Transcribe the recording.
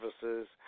services